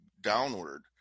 downward